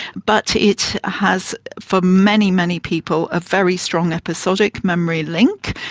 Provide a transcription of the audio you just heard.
but it has, for many, many people, a very strong episodic memory link,